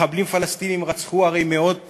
מחבלים פלסטינים רצחו הרי מאות